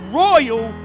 royal